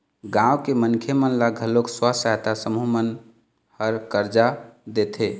गाँव के मनखे मन ल घलोक स्व सहायता समूह मन ह करजा देथे